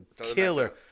Killer